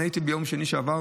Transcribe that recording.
ביום שני שעבר